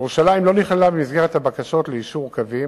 ירושלים לא נכללה במסגרת הבקשות לאישור קווים,